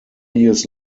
years